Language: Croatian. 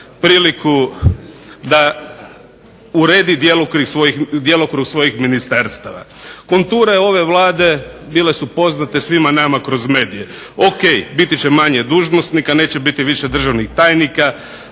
da uredi djelokrug svojih ministarstava. Konture ove Vlade bile su poznate svima nama kroz medije. Ok, biti će manje dužnosnika, neće biti više državnih tajnika.